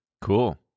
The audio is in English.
Cool